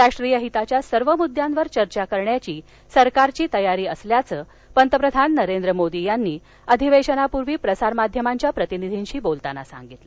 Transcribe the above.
राष्ट्रीय हिताच्या सर्व मुद्द्यांवर चर्चा करण्याची सरकारची तयारी असल्याचं पंतप्रधान नरेंद्र मोदी यांनी अधिवेशानापूर्वी प्रसारमाध्यमांशी बोलताना सांगितलं